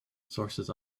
sources